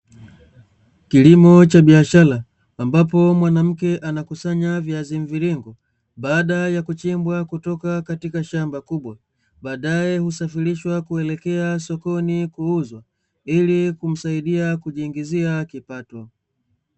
Kilimo cha biashara ambapo mwanamke anakusanya viazi mviringo baada ya kuchimbwa kutoka katika shamba kubwa, baadae husafirishwa kuelekea sokoni kuuzwa ili kumsaidia kujiingizia kipato.